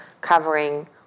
covering